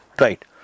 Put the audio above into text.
Right